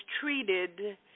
treated